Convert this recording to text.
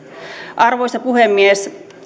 arvoisa puhemies